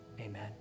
Amen